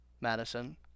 Madison